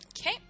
okay